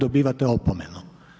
Dobivate opomenu.